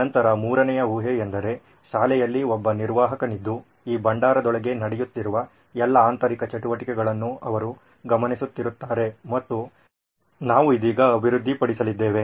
ನಂತರ ಮೂರನೇ ಊಹೆ ಎಂದರೆ ಶಾಲೆಯಲ್ಲಿ ಒಬ್ಬ ನಿರ್ವಾಹಕನಿದ್ದು ಈ ಭಂಡಾರದೊಳಗೆ ನಡೆಯುತ್ತಿರುವ ಎಲ್ಲಾ ಆಂತರಿಕ ಚಟುವಟಿಕೆಗಳನ್ನು ಅವರು ಗಮನಿಸುತ್ತಿರುತ್ತಾರೆ ಮತ್ತು ನಾವು ಇದೀಗ ಅಭಿವೃದ್ಧಿಪಡಿಸಲಿದ್ದೇವೆ